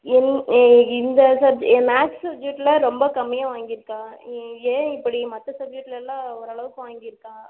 இந்த சப்ஜெ மேக்ஸ் சப்ஜெக்டில் ரொம்ப கம்மியாக வாங்கியிருக்கா ஏன் இப்படி மற்ற சப்ஜெக்ட்லெலாம் ஓரளவுக்கு வாங்கியிருக்கா